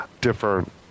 different